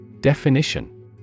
Definition